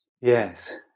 Yes